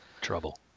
Trouble